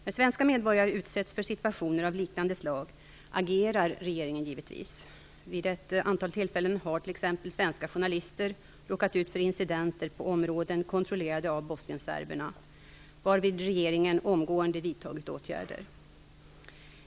När svenska medborgare utsätts för situationer av liknande slag agerar regeringen givetvis. Vid ett antal tillfällen har t.ex. svenska journalister råkat ut för incidenter på områden kontrollerade av bosnienserberna, varvid regeringen omgående vidtagit åtgärder.